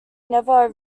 never